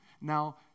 Now